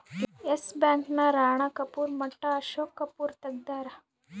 S Bank ನ ರಾಣ ಕಪೂರ್ ಮಟ್ಟ ಅಶೋಕ್ ಕಪೂರ್ ತೆಗ್ದಾರ